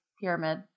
pyramid